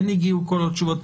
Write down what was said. כן הגיעו כל התשובות,